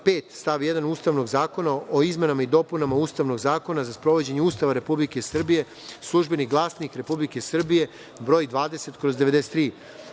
5. stav 1. Ustavnog zakona o izmenama i dopunama Ustavnog zakona za sprovođenje Ustava Republike Srbije „Službeni glasnik RS“ broj 20/93,